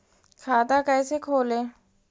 खाता कैसे खोले?